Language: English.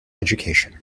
education